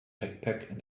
backpack